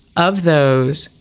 of those,